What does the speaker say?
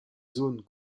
zones